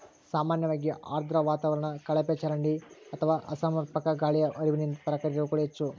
ಸಾಮಾನ್ಯವಾಗಿ ಆರ್ದ್ರ ವಾತಾವರಣ ಕಳಪೆಒಳಚರಂಡಿ ಅಥವಾ ಅಸಮರ್ಪಕ ಗಾಳಿಯ ಹರಿವಿನಿಂದ ತರಕಾರಿ ರೋಗಗಳು ಹೆಚ್ಚು